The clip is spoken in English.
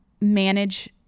manage